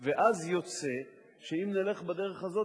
ואז יוצא שאם נלך בדרך הזאת,